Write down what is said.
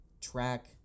track